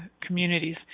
communities